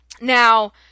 Now